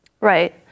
Right